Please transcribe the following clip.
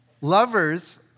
Lovers